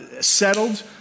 settled